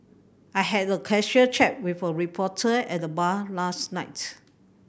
I had a casual chat with a reporter at the bar last night